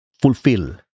fulfill